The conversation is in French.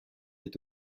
est